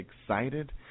excited